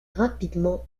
rapidement